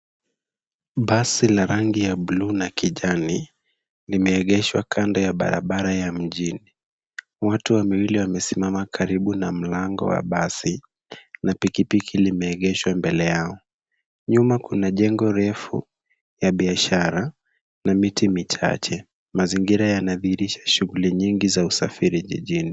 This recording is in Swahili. Basi la rangi ya bluu na kijani limeegeshwa kando ya barabara ya mjini. Watu wawili wamesimama karibu na mlango wa basi, na pikipiki limeegeshwa mbele yao. Nyuma kuna jengo refu ya biashara, na miti michache. Mazingira yanadhihirisha shughuli nyingi za usafiri jijini.